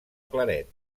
claret